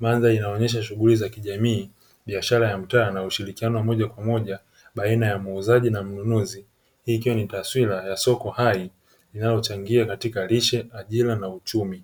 Mandhari inaonyesha shughuli za kijamii, biashara ya mtaa na ushirikiano wa moja kwa moja baina ya muuzaji na mnunuzi. Hii ikiwa ni taswira ya soko hai linalochangia katika lishe, ajira na uchumi.